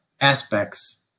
aspects